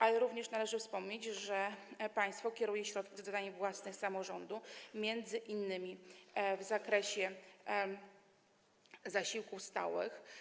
Ale również należy wspomnieć, że państwo kieruje środki, jeśli chodzi o zadania własne samorządu m.in. w zakresie zasiłków stałych.